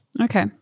Okay